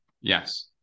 Yes